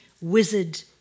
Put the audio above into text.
wizard